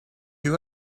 you